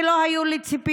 כי לא היו לי ציפיות,